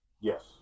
Yes